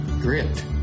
grit